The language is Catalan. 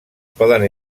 poden